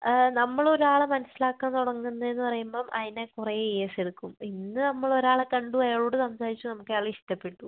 നമ്മൾ ഒരാളെ മനസ്സിലാക്കാൻ തുടങ്ങുന്നതിന്ന് പറയുമ്പം അതിന് കുറെ ഇയേഴ്സ് എടുക്കും ഇന്ന് നമ്മൾ ഒരാളെ കണ്ടു അയാളോട് സംസാരിച്ചു നമുക്ക് അയാളെ ഇഷ്ടപ്പെട്ടു